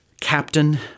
captain